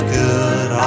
good